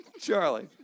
Charlie